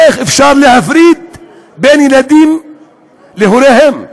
איך אפשר להפריד בין ילדים להוריהם?